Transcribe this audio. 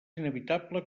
inevitable